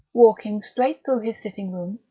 walking straight through his sitting-room,